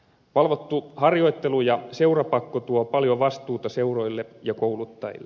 valvottu harjoittelu ja seurapakko tuo paljon vastuuta seuroille ja kouluttajille